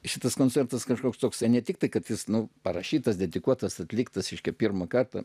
šitas koncertas kažkoks toksai ne tik tai kad jis nu parašytas dedikuotas atliktas reiškia pirmą kartą